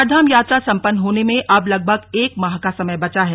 चारधाम यात्रा सम्पन्न होने में अब लगभग एक माह का समय बचा है